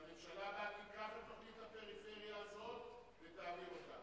שהממשלה הבאה תיקח את תוכנית הפריפריה הזאת ותעביר אותה.